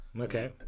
okay